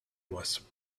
was